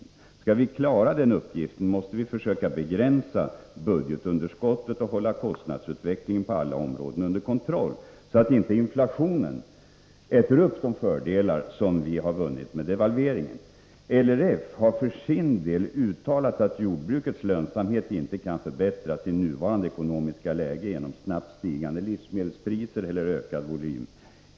Om vi skall kunna klara den uppgiften måste vi försöka begränsa budgetunderskottet och hålla kostnadsutvecklingen på alla områden under kontroll, så att inte inflationen äter upp de fördelar 67 som vi vunnit med devalveringen. LRF har för sin del uttalat att jordbrukets lönsamhet inte kan förbättras i nuvarande ekonomiska läge genom snabbt stigande livsmedelspriser eller ökad volym.